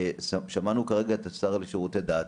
שמענו כרגע את השר לשירותי דת.